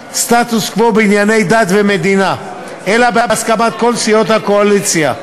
הסטטוס-קוו בענייני דת ומדינה אלא בהסכמת כל סיעות הקואליציה.